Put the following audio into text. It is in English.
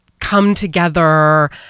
come-together